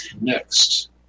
Next